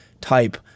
type